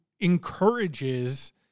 encourages